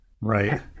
Right